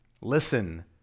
listen